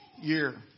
year